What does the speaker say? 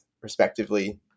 respectively